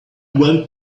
went